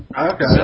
Okay